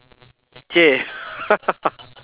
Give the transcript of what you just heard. !chey!